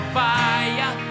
fire